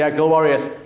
yeah go warriors.